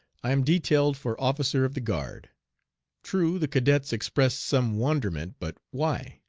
i am detailed for officer of the guard true, the cadets expressed some wonderment, but why?